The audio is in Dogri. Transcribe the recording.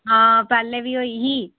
हां पैह्लें बी होई ही